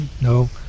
no